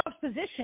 position